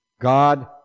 God